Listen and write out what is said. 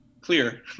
clear